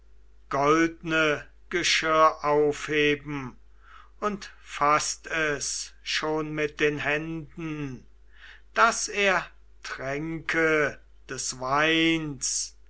goldne geschirr aufheben und faßt es schon mit den händen daß er tränke des weins